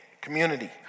community